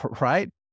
right